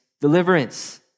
deliverance